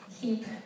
keep